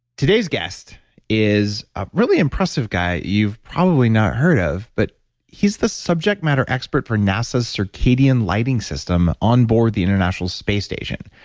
today's guest is a really impressive guy you've probably not heard of, but he's the subject matter expert for nasa's circadian lighting system onboard the international space station.